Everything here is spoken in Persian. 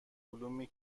علومی